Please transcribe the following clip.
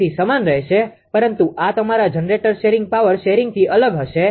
તેથી સમાન રહેશે પરંતુ આ તમારા જનરેટર શેરિંગ પાવર શેરિંગથી અલગ હશે